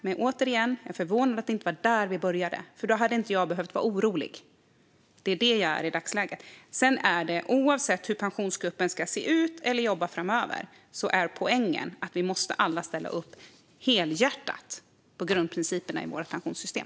Men återigen är jag förvånad över att det inte var där som vi började, för då hade jag inte behövt vara orolig. Det är det som jag är i dagsläget. Oavsett hur Pensionsgruppen ska se ut eller jobba framöver är poängen att vi alla måste ställa upp helhjärtat på grundprinciperna i vårt pensionssystem.